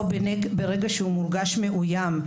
או ברגע שהוא מורגש מאוים,